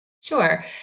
Sure